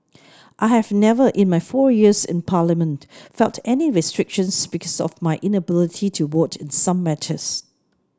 I have never in my four years in Parliament felt any restrictions because of my inability to vote in some matters